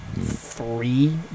three